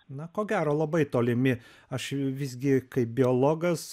na ko gero labai tolimi aš visgi kaip biologas